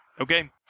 Okay